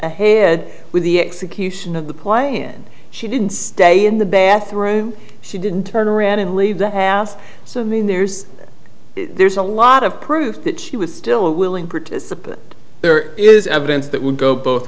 ahead with the execution of the play and she didn't stay in the bathroom she didn't turn around and leave the house so there's there's a lot of proof that she was still a willing participant there is evidence that would go both